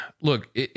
look